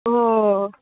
अ